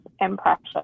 impression